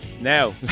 Now